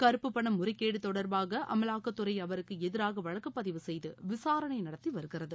கருப்பு பணம் முறைகேடு தொடர்பாக அமலாக்கத்துறை அவருக்கு எதிராக வழக்கு பதிவு செய்து விசாரணை நடத்தி வருகிறது